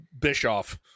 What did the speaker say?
Bischoff